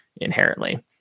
inherently